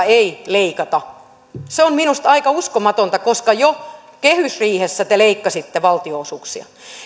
ei leikata se on minusta aika uskomatonta koska jo kehysriihessä te leikkasitte valtionosuuksia